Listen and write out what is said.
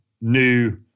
new